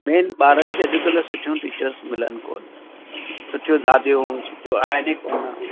main ॿारनि खे अॼुकल्ह सुठो टीचर्स मिलनि कोन थियूं सुठियूं दादियूं सुठियूं आहिनि ही कोन